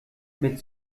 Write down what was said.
mit